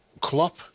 Klopp